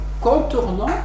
contournant